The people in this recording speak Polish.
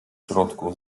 środku